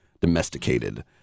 domesticated